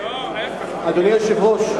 אדוני היושב-ראש,